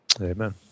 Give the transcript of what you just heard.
Amen